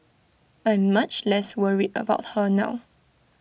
I'm much less worried about her now